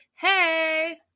hey